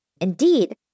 Indeed